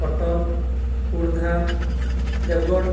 Cuttack Khordha Deogarh